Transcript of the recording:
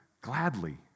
gladly